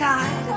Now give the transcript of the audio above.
God